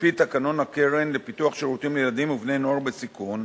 על-פי תקנון הקרן לפיתוח שירותים לילדים ובני-נוער בסיכון,